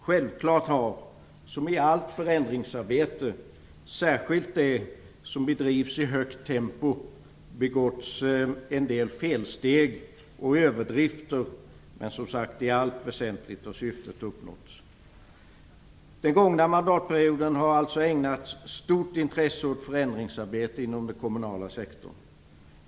Självfallet har det här liksom i allt förändringsarbete, särskilt det som bedrivs i högt tempo, begåtts en del felsteg och förekommit en del överdrifter. Men i allt väsentligt har alltså syftet uppnåtts. Under den gångna mandatperioden har det alltså ägnats ett stort intresse åt förändringsarbete inom den kommunala sektorn.